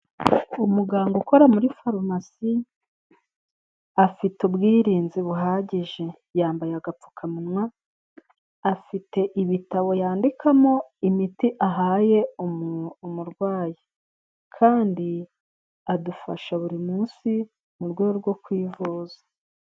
Umuganga ukora muri farumasi afite ubwirinzi buhagije yambaye agapfukamunwa afite ibitabo yandikamo imiti ahaye umu umurwayi kandi adufasha buri munsi murwego rwo kwivuza.